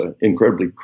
incredibly